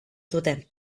zuten